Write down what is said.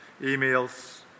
emails